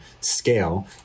scale